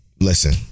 listen